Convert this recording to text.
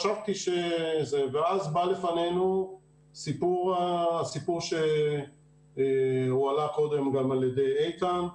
ואז בא לפנינו הסיפור שהועלה קודם גם על ידי איתן.